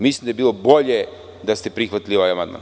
Mislim da je bilo bolje da ste prihvatili ovaj amandman.